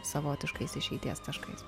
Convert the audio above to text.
savotiškais išeities taškais